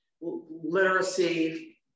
literacy